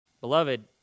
Beloved